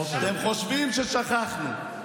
אתם חושבים ששכחנו.